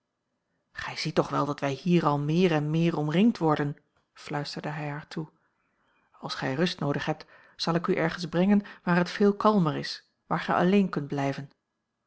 gij ziet toch wel dat wij hier al meer en meer omringd worden fluisterde hij haar toe als gij rust noodig hebt zal ik u ergens brengen waar het veel kalmer is waar gij alleen kunt blijven